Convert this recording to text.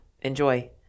Enjoy